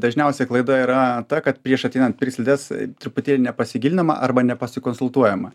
dažniausia klaida yra ta kad prieš ateinant pirkt slides truputėlį nepasigilinama arba nepasikonsultuojama